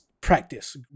practice